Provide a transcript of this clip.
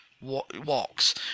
walks